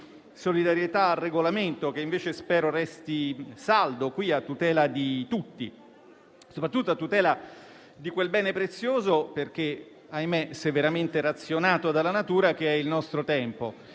solidarietà al Regolamento, che invece spero resti saldo a tutela di tutti, soprattutto a tutela di quel bene prezioso che, se purtroppo è veramente razionato dalla natura, è il nostro tempo.